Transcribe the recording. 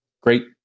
great